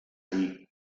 dir